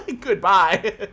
Goodbye